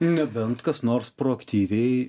nebent kas nors proaktyviai